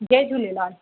Jay Jhulelal